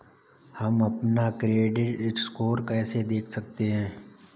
हम अपना credit score कैसे देख सकते हैं?